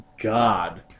God